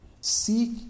seek